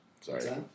Sorry